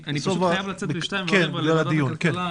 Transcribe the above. אני חייב לצאת ב-14:15 לוועדת כלכלה.